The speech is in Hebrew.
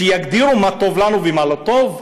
שיגדירו מה טוב לנו ומה לא טוב?